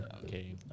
Okay